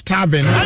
Tavern